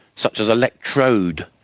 such as electrode,